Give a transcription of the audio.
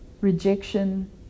rejection